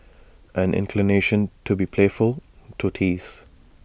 an inclination to be playful to tease